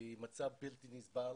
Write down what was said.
הוא מצב בלתי נסבל.